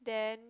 then